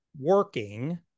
working